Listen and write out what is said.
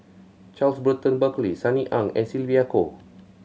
Charles Burton Buckley Sunny Ang and Sylvia Kho